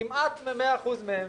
כמעט 100% מהם.